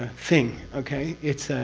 ah thing. okay? it's